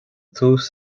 tús